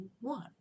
one